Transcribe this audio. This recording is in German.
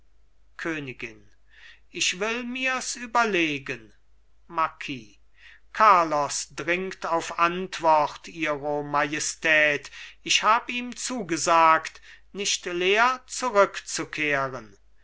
königin ich will mirs überlegen marquis carlos dringt auf antwort ihro majestät ich hab ihm zugesagt nicht leer zurückzukehren